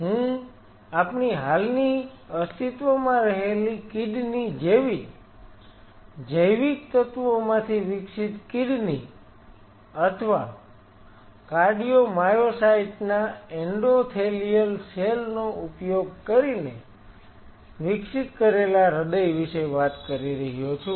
હું આપણી હાલની અસ્તિત્વમાં રહેલી કિડની જેવી જ જૈવિક તત્વોમાંથી વિકસિત કિડની અથવા કાર્ડિયો માયોસાઈટ ના એન્ડોથેલિયલ સેલ નો ઉપયોગ કરીને વિકસિત કરેલા હૃદય વિશે વાત કરી રહ્યો છું